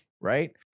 right